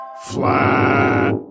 Flat